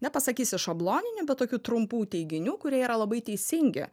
nepasakysiu šabloninių bet tokių trumpų teiginių kurie yra labai teisingi